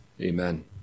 Amen